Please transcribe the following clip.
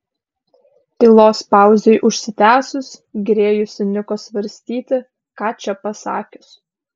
tylos pauzei užsitęsus grėjus įniko svarstyti ką čia pasakius